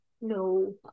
No